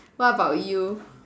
what about you